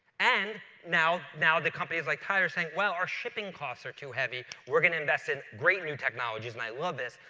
and now now the companies like tide are saying, well, our shipping costs are too heavy. we're going to invest in great new technologies. and i love this,